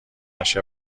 نشه